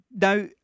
Now